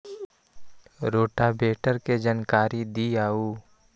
Rotavator के जानकारी दिआउ?